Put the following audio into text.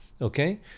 Okay